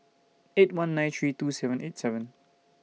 eight one nine three two seven eight seven